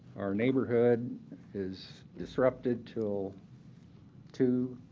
our neighborhood is disrupted till two